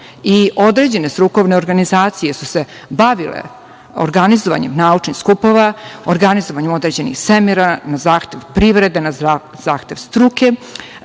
Određene strukovne organizacije su se bavile organizovanjem naučnih skupova, organizovanjem određenih seminara na zahtev privrede, na zahtev